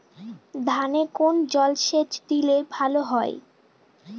ধানে কোন জলসেচ দিলে ভাল হয়?